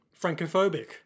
Francophobic